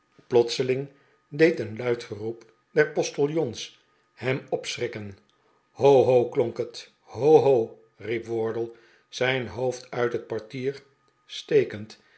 plotseling deed een luid geroep der postiljons hem opschrikken ho ho klonk het ho ho riep wardle zijn hoofd uit het portier stekend